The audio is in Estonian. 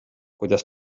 kuidas